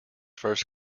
first